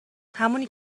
همونی